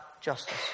justice